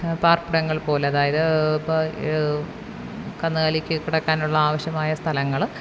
പാർപ്പിടങ്ങൾ പോലെ അതായത് ഇപ്പോൾ കന്നുകാലിക്ക് കിടക്കാനുള്ള ആവശ്യമായ സ്ഥലങ്ങൾ